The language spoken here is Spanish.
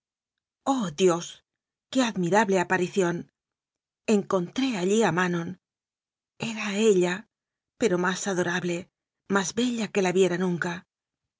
oh dios qué admirable aparición encontré allí a manon era ella pero más adora ble más bella que la viera nunca